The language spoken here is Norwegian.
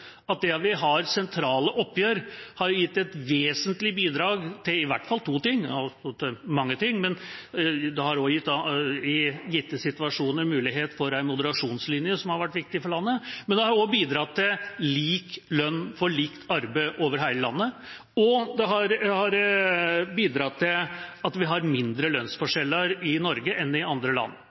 at det at vi har sentrale oppgjør, har gitt et vesentlig bidrag til i hvert fall to ting, ja mange ting. Det har i gitte situasjoner gitt mulighet for ei moderasjonslinje som har vært viktig for landet, men det har også bidratt til lik lønn for likt arbeid over hele landet, og det har bidratt til at vi har mindre lønnsforskjeller i Norge enn i andre land.